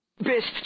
Best